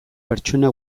pertsona